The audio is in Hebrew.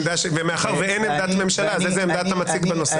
מאחר ואין עמדת ממשלה, איזה עמדה אתה מציג בנושא?